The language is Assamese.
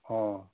অঁ